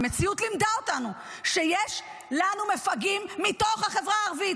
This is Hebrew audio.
המציאות לימדה אותנו שיש לנו מפגעים מתוך החברה הערבית,